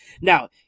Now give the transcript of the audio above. Now